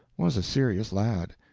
was a serious lad.